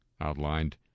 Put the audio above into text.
outlined